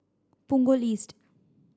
Punggol East